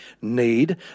need